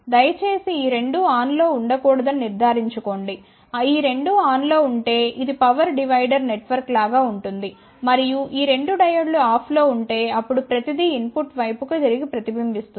దయచేసి ఈ రెండూ ఆన్లో ఉండ కూడదని నిర్ధారించుకోండిఈ రెండూ ఆన్లో ఉంటే ఇది పవర్ డివైడర్ నెట్వర్క్ లాగా ఉంటుంది మరియు ఈ రెండు డయోడ్లు ఆఫ్లో ఉంటే అప్పుడు ప్రతి దీ ఇన్ పుట్ వైపుకు తిరిగి ప్రతిబింబిస్తుంది